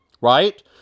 right